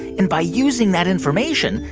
and by using that information,